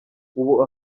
ubu